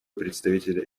представителя